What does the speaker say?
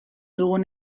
dugun